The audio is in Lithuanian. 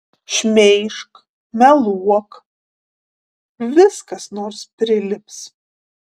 šmeižk meluok vis kas nors prilips